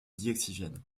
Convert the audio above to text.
dioxygène